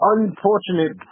Unfortunate